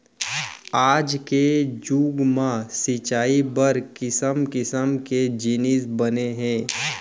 आज के जुग म सिंचई बर किसम किसम के जिनिस बने हे